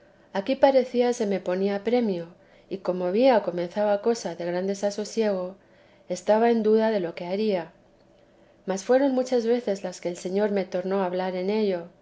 aquí parecía se me ponía premio y como veía comenzaba cosa de gran desasosiego estaba en duda de lo que haría mas fueron muchas veces las que el señor me tornó a hablar en ello